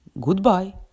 Goodbye